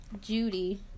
Judy